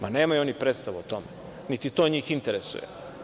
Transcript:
Ma, nemaju oni predstavu o tome, niti to njih interesuje.